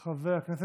שמהם חרגת